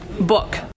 book